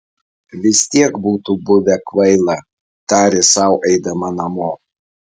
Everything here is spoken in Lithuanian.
vis tiek būtų buvę kvaila tarė sau eidama namo